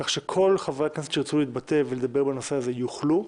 כך שכל חברי הכנסת שירצו להתבטא ולדבר בנושא הזה יוכלו.